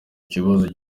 kibazo